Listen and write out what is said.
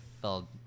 fell